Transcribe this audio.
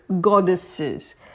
goddesses